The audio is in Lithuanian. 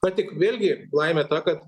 na tik vėlgi laimė ta kad